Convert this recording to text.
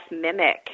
mimic